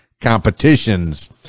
competitions